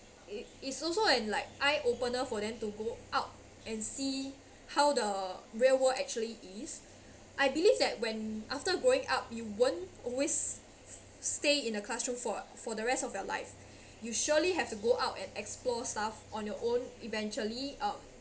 it~ it's also an like eye opener for them to go out and see how the real world actually is I believe that when after going out you won't always stay in the classroom for for the rest of your life you surely have to go out and explore stuff on your own eventually uh